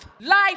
Life